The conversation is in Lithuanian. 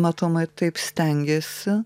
matomai taip stengėsi